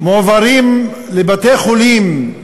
מועברים לבתי-חולים,